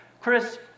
Chris